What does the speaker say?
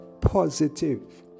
positive